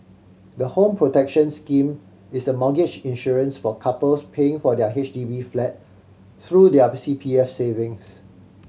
the Home Protection Scheme is a mortgage insurance for couples paying for their H D B flat through their C P F savings